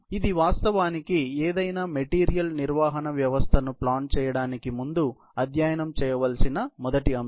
ఇది వాస్తవానికి ఏదైనా మెటీరియల్ నిర్వహణ వ్యవస్థను ప్లాన్ చేయడానికి ముందు అధ్యయనం చేయవలసిన మొదటి అంశం